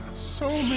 so